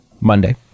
Monday